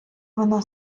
вона